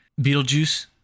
Beetlejuice